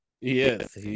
Yes